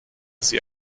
sie